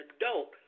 adult